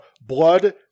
blood